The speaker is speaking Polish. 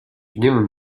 niemym